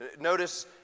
Notice